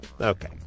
Okay